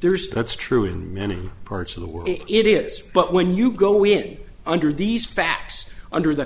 there's that's true in many parts of the world it is but when you go in under these facts under the